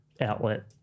outlet